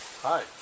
Hi